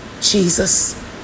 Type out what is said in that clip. Jesus